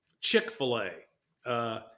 Chick-fil-A